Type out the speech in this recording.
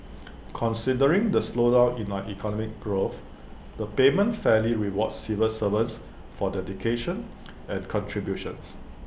considering the slowdown in our economic growth the payment fairly rewards civil servants for the dedication and contributions